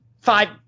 five